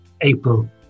April